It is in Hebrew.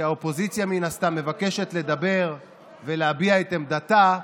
שבהם האופוזיציה מן הסתם מבקשת לדבר ולהביע את עמדתה,